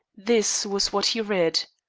this was what he read